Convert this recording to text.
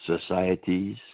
societies